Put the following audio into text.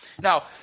Now